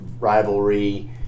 rivalry